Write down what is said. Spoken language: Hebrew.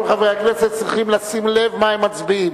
כל חברי הכנסת צריכים לשים לב מה הם מצביעים.